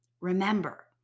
remember